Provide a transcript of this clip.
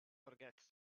forgets